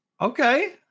Okay